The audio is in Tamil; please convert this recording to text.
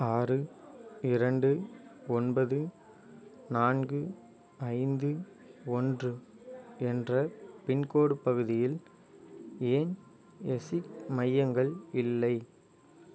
ஆறு இரண்டு ஒன்பது நான்கு ஐந்து ஒன்று என்ற பின்கோடு பகுதியில் ஏன் எஸ்சி மையங்கள் இல்லை